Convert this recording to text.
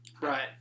Right